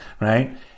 Right